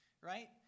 right